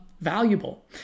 Valuable